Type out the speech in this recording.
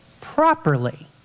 properly